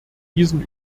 diesen